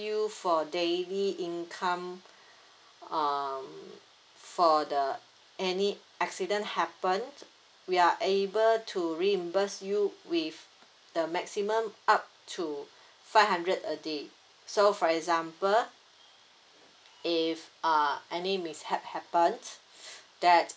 you for daily income um for the any accident happen we are able to reimburse you with the maximum up to five hundred a day so for example if uh any mishap happen that